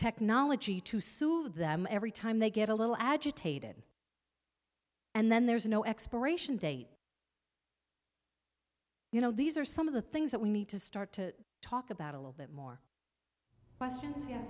technology to soothe them every time they get a little agitated and then there's no expiration date you know these are some of the things that we need to start to talk about a little bit more